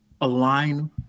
Align